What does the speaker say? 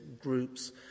groups